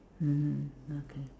mmhmm okay